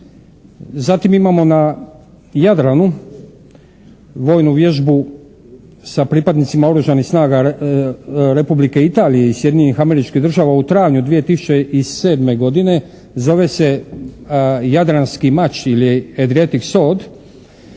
Zatim imamo na Jadranu vojnu vježbu sa pripadnicima Oružanih snaga Republike Italije i Sjedinjenih Američkih Država u travnju 2007. godine, zove se "Jadranski mač" ili "Adriatic sword"